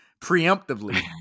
preemptively